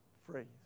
phrase